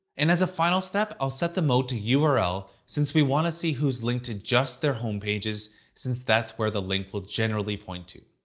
and as a final step, i'll set the mode to url since we want to see who's linked to just their homepages since that's where the link will generally point to.